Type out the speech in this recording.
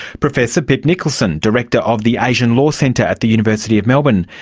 professor pip nicholson, director of the asian law centre at the university of melbourne.